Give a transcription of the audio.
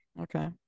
Okay